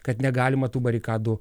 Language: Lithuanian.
kad negalima tų barikadų